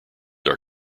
are